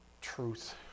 truth